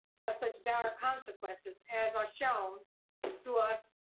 have such dire consequences as are shown to us,